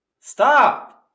Stop